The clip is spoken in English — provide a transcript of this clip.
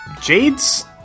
Jade's